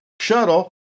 shuttle